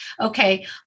okay